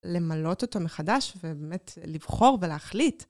למלות אותו מחדש ובאמת לבחור ולהחליט.